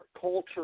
culture